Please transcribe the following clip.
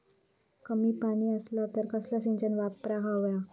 कमी पाणी असला तर कसला सिंचन वापराक होया?